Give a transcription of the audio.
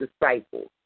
disciples